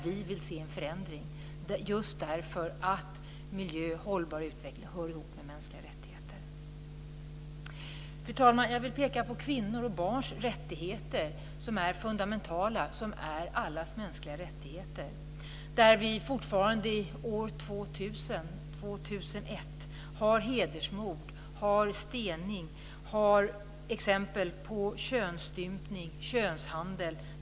Vi vill se en förändring just därför att miljö och hållbar utveckling hör ihop med mänskliga rättigheter. Fru talman! Jag vill peka på kvinnors och barns rättigheter. De är fundamentala, och de är allas mänskliga rättigheter. Vi har fortfarande år 2000, år 2001 hedersmord, stening och exempel på könsstympning och könshandel.